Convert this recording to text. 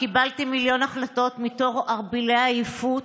שקיבלתי מיליון החלטות מתוך ערפילי עייפות,